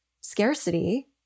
scarcity